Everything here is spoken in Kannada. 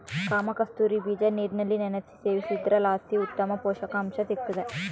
ಕಾಮಕಸ್ತೂರಿ ಬೀಜ ನೀರಿನಲ್ಲಿ ನೆನೆಸಿ ಸೇವಿಸೋದ್ರಲಾಸಿ ಉತ್ತಮ ಪುಷಕಾಂಶ ಸಿಗ್ತಾದ